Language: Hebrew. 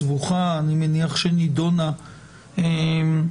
סבוכה; אני מניח שנידונה לעומק,